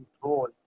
control